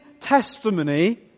testimony